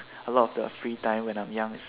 a lot of the free time when I'm young is